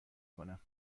کنم